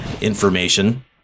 information